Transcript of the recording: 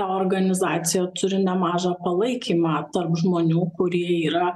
ta organizacija turi nemažą palaikymą tarp žmonių kurie yra